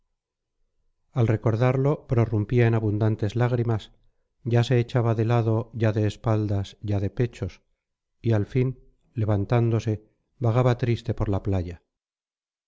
al recordarlo prorrumpía en abundantes lágrimas ya se echaba de lado ya de espaldas ya de pechos y al fin levantándose vagaba triste por la playa